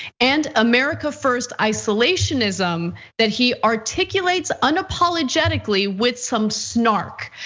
and america first isolationism that he articulates unapologetically with some snark.